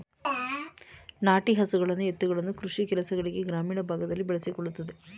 ನಾಟಿ ಹಸುಗಳನ್ನು ಎತ್ತುಗಳನ್ನು ಕೃಷಿ ಕೆಲಸಗಳಿಗೆ ಗ್ರಾಮೀಣ ಭಾಗದಲ್ಲಿ ಬಳಸಿಕೊಳ್ಳಲಾಗುತ್ತದೆ